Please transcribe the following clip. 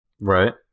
Right